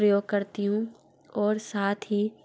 प्रयोग करती हूँ और साथ ही